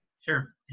Sure